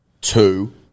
Two